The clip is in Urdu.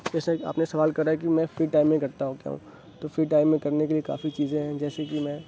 جیسے کہ آپ نے سوال کرا ہے کہ میں فری ٹائم میں کرتا رہتا ہوں تو فری ٹائم میں کرنے کے لیے کافی چیزیں ہیں جیسے کے میں